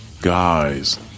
guys